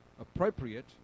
appropriate